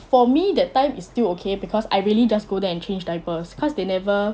for me that time is still okay because I really just go there and change diapers cause they never